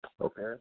Okay